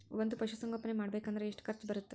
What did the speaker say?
ಒಂದ್ ಪಶುಸಂಗೋಪನೆ ಮಾಡ್ಬೇಕ್ ಅಂದ್ರ ಎಷ್ಟ ಖರ್ಚ್ ಬರತ್ತ?